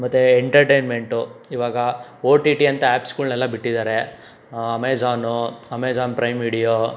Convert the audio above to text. ಮತ್ತು ಎಂಟರ್ಟೈನ್ಮೆಂಟು ಈವಾಗ O T T ಅಂತ ಆ್ಯಪ್ಸ್ಗಳನ್ನೆಲ್ಲ ಬಿಟ್ಟಿದ್ದಾರೆ ಅಮೆಜಾನು ಅಮೆಜಾನ್ ಪ್ರೈಮ್ ವಿಡಿಯೋ